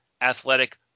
athletic